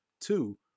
two